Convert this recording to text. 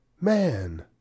MAN